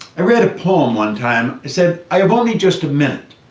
i read a poem one time, it said i have only just a minute,